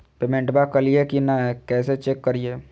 पेमेंटबा कलिए की नय, कैसे चेक करिए?